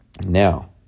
Now